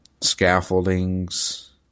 scaffoldings